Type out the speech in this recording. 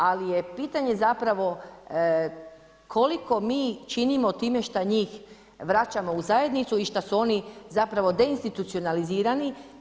Ali je pitanje zapravo koliko mi činimo time što njih vraćamo u zajednicu i što su oni zapravo deinstitucionirani.